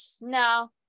No